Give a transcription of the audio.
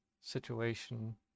situation